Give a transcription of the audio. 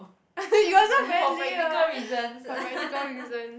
you also very lame what for practical reason